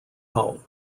home